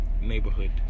neighborhood